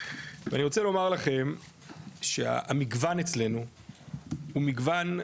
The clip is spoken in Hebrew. ואני רוצה לומר לכם שהמגוון אצלנו הוא מגוון,